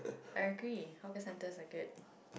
I agree hawker centres are good